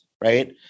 Right